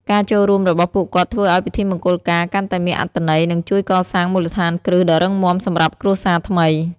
ការចូលរួមរបស់ពួកគាត់ធ្វើឲ្យពិធីមង្គលការកាន់តែមានអត្ថន័យ និងជួយកសាងមូលដ្ឋានគ្រឹះដ៏រឹងមាំសម្រាប់គ្រួសារថ្មី។